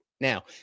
now